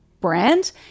brand